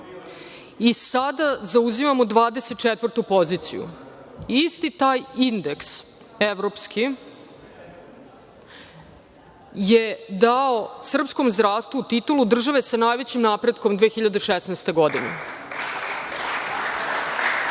i sada zauzimamo 24. poziciju. Isti taj indeks evropski je dao srpskom zdravstvu titulu države sa najvećim napretkom u 2016. godini. Opet